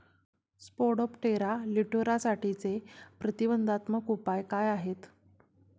Spodoptera लिट्युरासाठीचे प्रतिबंधात्मक उपाय काय आहेत?